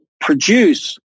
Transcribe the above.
produce